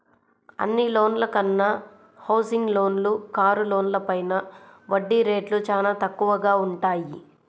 అన్ని లోన్ల కన్నా హౌసింగ్ లోన్లు, కారు లోన్లపైన వడ్డీ రేట్లు చానా తక్కువగా వుంటయ్యి